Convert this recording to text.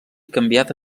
canviada